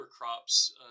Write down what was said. crops